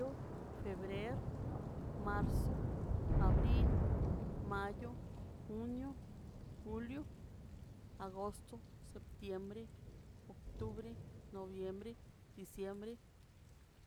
Du febrer marzu abril mayo junio julio agosto septiembre octubre noviembre diciembre